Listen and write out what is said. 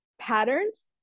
patterns